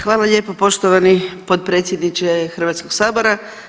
Hvala lijepo poštovani potpredsjedniče Hrvatskog sabora.